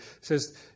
says